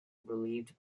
relieved